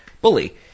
bully